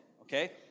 okay